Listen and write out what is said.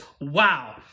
wow